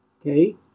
Okay